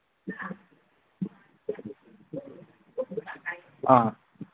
ꯑꯥ